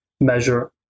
measure